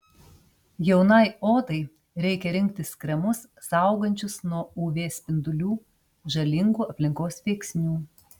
jaunai odai reikia rinktis kremus saugančius nuo uv spindulių žalingų aplinkos veiksnių